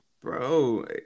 Bro